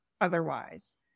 otherwise